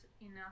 enough